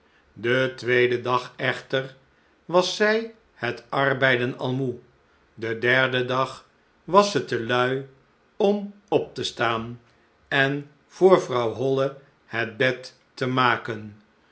den tweeden dag echter was zij het arbeiden al moe den derden dag was zij te lui om op te staan en voor vrouw holle het bed te maken